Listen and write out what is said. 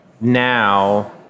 now